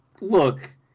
look